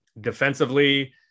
Defensively